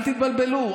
אל תתבלבלו,